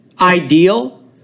ideal